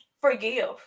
Forgive